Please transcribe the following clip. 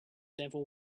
devil